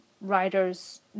writers